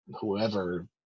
whoever